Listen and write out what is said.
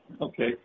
Okay